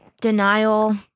denial